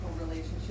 relationship